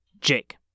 Jake